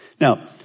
Now